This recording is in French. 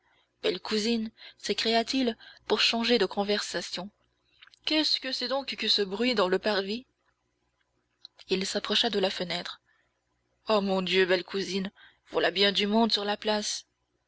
belle cousine s'écria-t-il pour changer de conversation qu'est-ce que c'est donc que ce bruit dans le parvis il s'approcha de la fenêtre oh mon dieu belle cousine voilà bien du monde sur la place